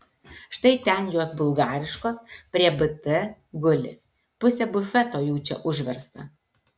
štai ten jos bulgariškos prie bt guli pusė bufeto jų čia užversta